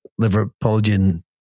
Liverpoolian